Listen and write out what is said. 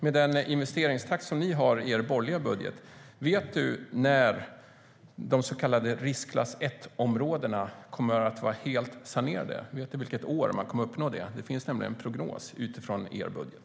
Med den investeringstakt ni har i er borgerliga budget, vet Lars Tysklind vilket år de så kallade riskklass 1-områdena kommer att vara helt sanerade? Det finns en prognos utifrån er budget.